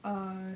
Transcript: ah